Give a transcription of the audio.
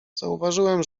zauważyłem